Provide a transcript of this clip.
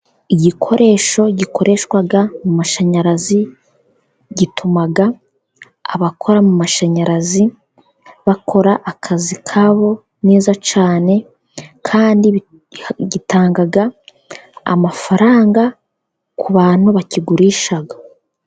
Igikoresho gikoreshwa mu mashanyarazi gituma abakora mu mashanyarazi, bakora akazi kabo neza cyane kandi gitanga amafaranga ku bantu bakigurisha.